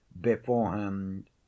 beforehand